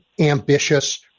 ambitious